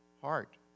heart